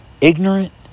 ignorant